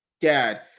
dad